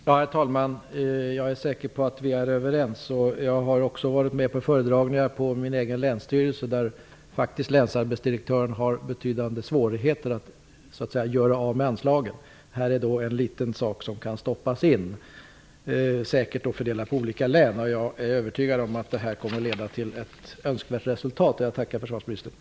Herr talman! Jag är säker på att vi är överens. Jag har också varit med på föredragningar på min egen länsstyrelse, där faktiskt länsarbetsdirektö ren har betydliga svårigheter att göra av med an slagen. Här finns en liten sak som kan stoppas in och fördelas på olika län. Jag är övertygad om att det här kommer att leda till ett önskvärt resultat, och jag tackar försvarsministern.